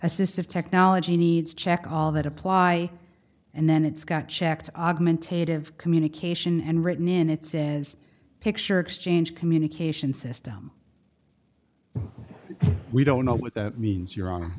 assistive technology needs check all that apply and then it's got checked augmentative communication and written in it says picture exchange communication system we don't know what that means you're on